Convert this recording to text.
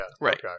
Right